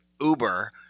Uber